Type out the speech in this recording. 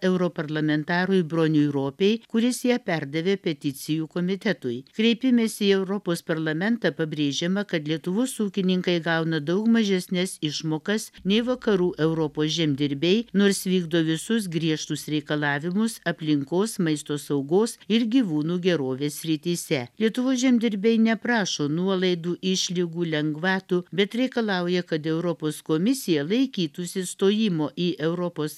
europarlamentarui broniui ropei kuris ją perdavė peticijų komitetui kreipimesi į europos parlamentą pabrėžiama kad lietuvos ūkininkai gauna daug mažesnes išmokas nei vakarų europos žemdirbiai nors vykdo visus griežtus reikalavimus aplinkos maisto saugos ir gyvūnų gerovės srityse lietuvos žemdirbiai neprašo nuolaidų išlygų lengvatų bet reikalauja kad europos komisija laikytųsi stojimo į europos